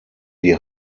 die